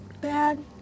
bad